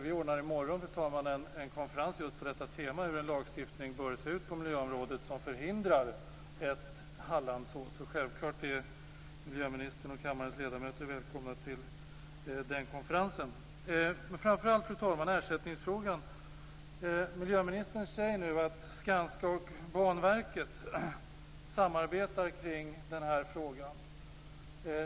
Vi anordnar i morgon, fru talman, en konferens på temat hur en miljölagstiftning som förhindrar fall som Hallandsåsen bör se ut. Självklart är miljöministern och kammarens ledamöter välkomna till den konferensen. Framför allt, fru talman, vill jag ta upp ersättningsfrågan. Miljöministern säger nu att Skanska och Banverket samarbetar i den frågan.